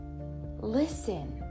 listen